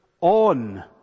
on